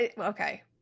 Okay